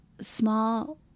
small